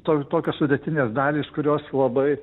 toje tokios sudėtinės dalys kurios labai